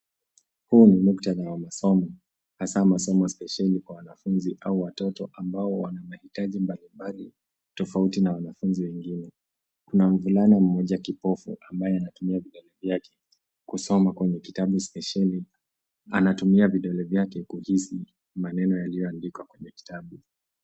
Huu ni mukhtada wa masomo hasa masomo spesheli kwa wanafunzi au watoto ambao wana mahitaji mbalimbali tofauti na wanafunzi wengine. Kuna mvulana mmoja kipofu ambaye anatumia vidole vyake kusoma kwenye kitabu spesheli. Anatumia vidole vyake kuhisi maneno yaliyoandikwa kwenye kitabu.